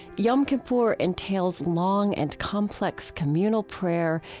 yom kippur entails long and complex communal prayer,